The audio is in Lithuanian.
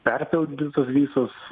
perpildytos visos